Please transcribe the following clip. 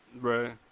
Right